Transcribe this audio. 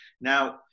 Now